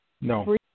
No